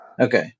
Okay